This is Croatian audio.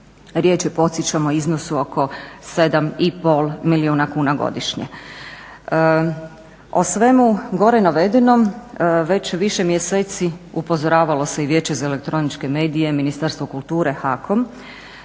Riječ je podsjećam o iznosu oko 7,5 milijuna kuna godišnje. O svemu gore navedenom već više mjeseci upozoravalo je i Vijeće za elektroničke medije, Ministarstvo kulture, HAKOM,